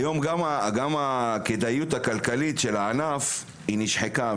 היום גם הכדאיות הכלכלית של הענף נשחקה